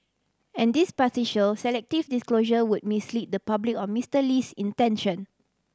and this partial selective disclosure would mislead the public or Mister Lee's intention